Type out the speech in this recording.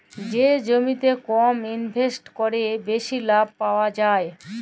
যে জমিতে কম ইলভেসেট ক্যরে বেশি লাভ পাউয়া যায়